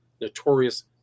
Notorious